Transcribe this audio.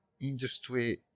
industry